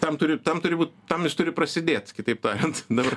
tam turi tam turi būt tam jis turi prasidėt kitaip tariant dabar